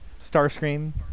Starscream